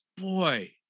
boy